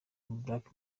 black